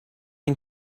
این